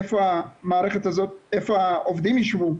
איפה העובדים ישבו,